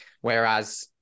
whereas